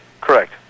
Correct